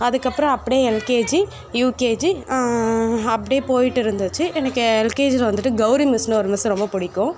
அதுக்கப்புறம் அப்டேயே LKG UKG அப்டேயே போய்ட்டு இருந்துச்சு எனக்கு எல்கேஜியில வந்துட்டு கெளரி மிஸ்ன்னு ஒரு மிஸ்ஸை ரொம்ப பிடிக்கும்